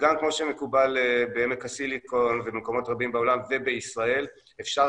וגם כמו שמקובל בעמק הסיליקון ובמקומות רבים בעולם ובישראל אפשר